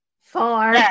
Four